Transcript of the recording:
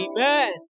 Amen